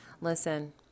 Listen